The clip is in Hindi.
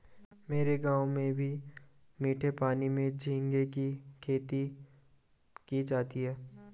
मेरे गांव में भी मीठे पानी में झींगे की खेती की जाती है